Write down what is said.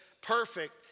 perfect